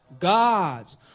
God's